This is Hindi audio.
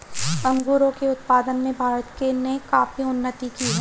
अंगूरों के उत्पादन में भारत ने काफी उन्नति की है